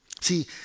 See